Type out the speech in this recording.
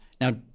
Now